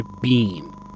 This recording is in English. beam